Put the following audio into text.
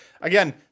again